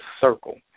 circle